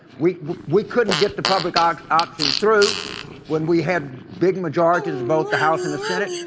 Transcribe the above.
we we couldn't get the public um option through when we had big majorities in both the house and the senate.